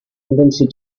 tendency